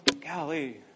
golly